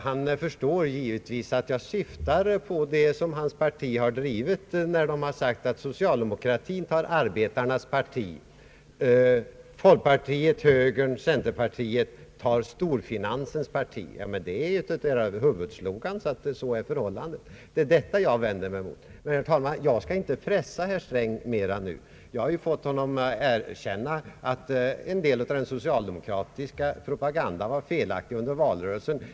Han förstår givetvis att jag syftar på den linje som hans parti har drivit när man har sagt att socialdemokratin tar arbetarnas parti, medan folkpartiet, högern och centerpartiet tar storfinansens parti. Detta är ju en av socialdemokratins huvudslogans, och det är detta jag vänder mig mot. Men, herr talman, jag skall inte pressa herr Sträng mera nu. Jag har ju fått honom att erkänna att en del av den socialdemokratiska propagandan under valrörelsen var felaktig.